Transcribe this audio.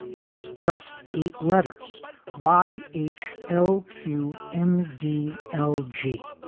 and it's just eight letters y h l q m. d l g,